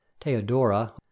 Theodora